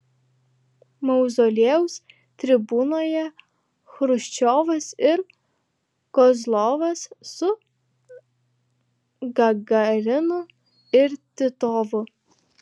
mauzoliejaus tribūnoje chruščiovas ir kozlovas su gagarinu ir titovu